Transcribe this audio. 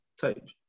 type